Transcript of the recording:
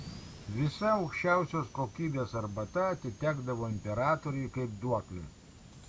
visa aukščiausios kokybės arbata atitekdavo imperatoriui kaip duoklė